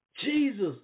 Jesus